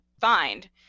find